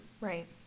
Right